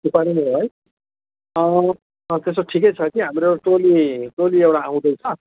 त्यो पाइँदैन त्यसो भए है त्यो सब ठिकै छ कि हाम्रो टोली टोलीहरू आउँदैछ